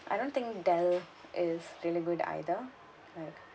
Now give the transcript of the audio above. I don't think Dell is really good either like